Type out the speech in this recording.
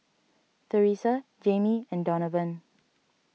Teressa Jaimee and Donavan